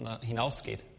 hinausgeht